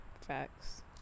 Facts